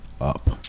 up